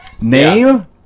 name